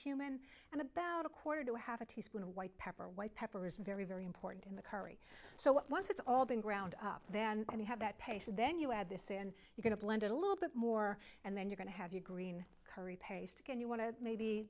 cumin and about a quarter to half a teaspoon of white pepper white pepper is very very important in the curry so once it's all been ground up then you have that pace and then you add this and you get a blend a little bit more and then you're going to have your green curry paste again you want to maybe